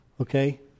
okay